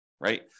right